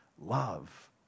love